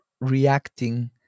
reacting